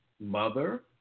mother